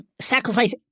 sacrifice